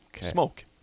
Smoke